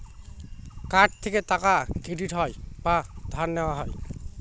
card থেকে টাকা credit হয় বা ধার নেওয়া হয়